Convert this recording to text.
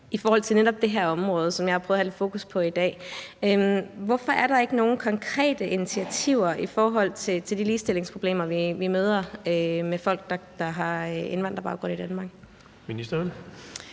i forhold til netop det her område, som jeg har prøvet at have lidt fokus på i dag. Hvorfor er der ikke nogen konkrete initiativer i forhold til de ligestillingsproblemer, vi møder hos folk, der har indvandrerbaggrund i Danmark? Kl.